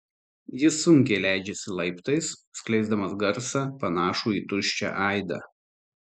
jis sunkiai leidžiasi laiptais skleisdamas garsą panašų į tuščią aidą